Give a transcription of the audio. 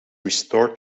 restored